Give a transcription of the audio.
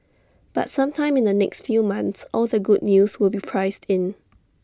but sometime in the next few months all the good news will be priced in